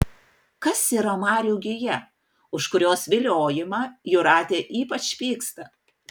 kas yra marių gija už kurios viliojimą jūratė ypač pyksta